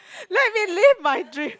let me live my dream